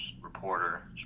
reporter